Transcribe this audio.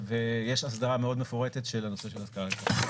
ויש הסדרה מאוד מפורטת של הנושא של הסדרה לטווח רחוק.